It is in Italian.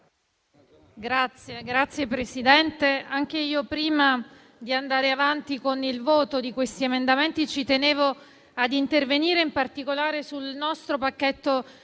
Signor Presidente, anche io, prima di andare avanti con il voto di questi emendamenti, ci tenevo ad intervenire in particolare sul nostro pacchetto